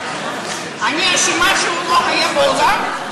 אני אשמה שהוא לא היה באולם?